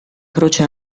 croce